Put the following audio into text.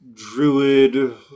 Druid